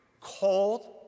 cold